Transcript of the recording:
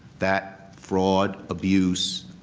that fraud, abuse,